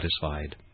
satisfied